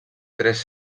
tres